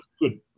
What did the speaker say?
good